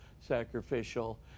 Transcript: sacrificial